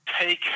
take